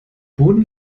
boden